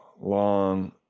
long